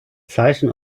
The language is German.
zeichen